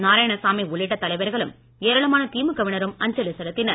நாராயணசாமி உள்ளிட்ட தலைவர்களும் ஏராளமான திமுக வினரும் அஞ்சலி செலுத்தினர்